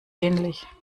ähnlich